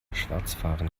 schwarzfahren